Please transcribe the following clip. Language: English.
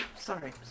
Sorry